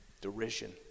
derision